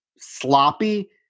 sloppy